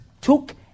took